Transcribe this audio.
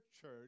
church